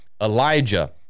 Elijah